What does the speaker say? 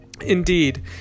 Indeed